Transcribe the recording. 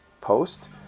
post